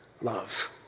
love